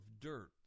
dirt